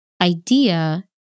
idea